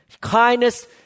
Kindness